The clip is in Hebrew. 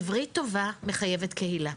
עברית טובה, מחייבת קהילה.